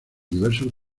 diversos